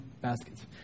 baskets